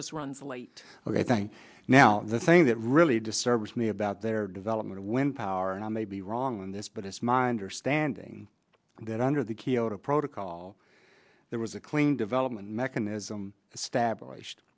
just runs late ok thanks now the thing that really do service me about their development of wind power and i may be wrong on this but it's my understanding that under the kyoto protocol there was a clean development mechanism established